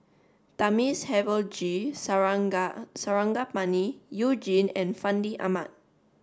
Thamizhavel G Sarangapani You Jin and Fandi Ahmad